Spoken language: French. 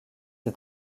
est